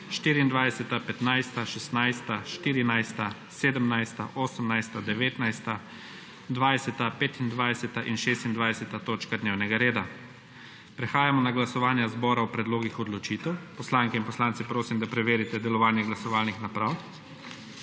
24., 15., 16., 14., 17., 18., 19., 20., 25. in 26. točka dnevnega reda. Prehajamo na glasovanje zbora o predlogih odločitev. Poslanke in poslance prosim, da preverite delovanje glasovalnih naprav.